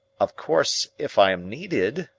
of course if i am needed,